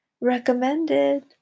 Recommended